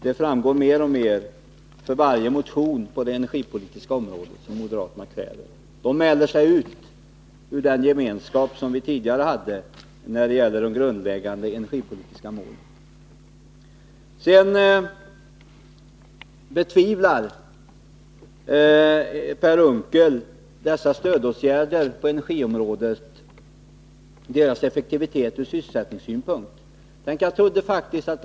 Det framgår mer och mer för varje motion de väcker på det energipolitiska området. De mäler sig ut ur den gemenskap som vi tidigare hade när det gäller de grundläggande energipolitiska målen. Per Unckel betvivlar effektiviteten ur sysselsättningssynpunkt av stödåtgärder på energiområdet.